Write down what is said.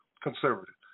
conservative